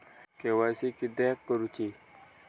KYC किदयाक करूची?